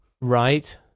right